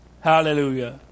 Hallelujah